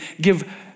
give